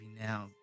now